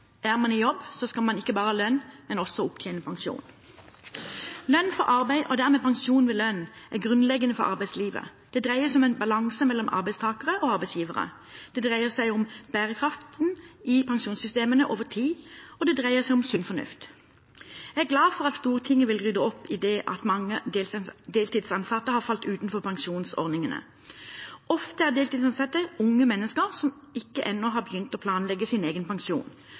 er man i jobb, skal man ikke bare ha lønn, men også opptjene pensjon. Lønn for arbeid, og dermed pensjon ved lønn, er grunnleggende for arbeidslivet. Det dreier seg om en balanse mellom arbeidstakere og arbeidsgivere. Det dreier seg om bærekraften i pensjonssystemene over tid, og det dreier seg om sunn fornuft. Jeg er glad for at Stortinget vil rydde opp i det at mange deltidsansatte har falt utenfor pensjonsordningene. Ofte er deltidsansatte unge mennesker som ikke ennå har begynt å planlegge sin egen pensjon.